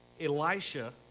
Elisha